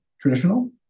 traditional